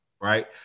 right